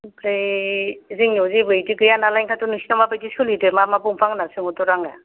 ओमफ्राय जोंनाव जेबो बिदि गैया नालाय ओंखायनोथ' नोंसिनाव माबायदि सोलिदों मा मा दंफां होन्नानै सोंहरदों र' आङो